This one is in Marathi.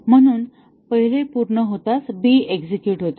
म्हणून पहिले पूर्ण होताच b एक्झेक्युट होते